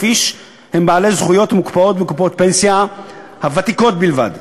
איש הם בעלי זכויות מוקפאות בקופות פנסיה הוותיקות בלבד,